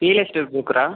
real estate புரோக்கரா